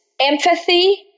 empathy